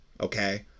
Okay